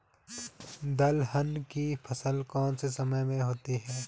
दलहन की फसल कौन से समय में होती है?